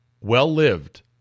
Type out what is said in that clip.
well-lived